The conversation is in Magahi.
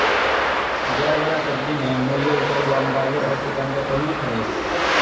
जड़ वला सब्जि में मूली, शलगम, गाजर और चकुंदर प्रमुख हइ